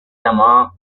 llamaba